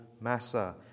Massa